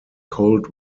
cold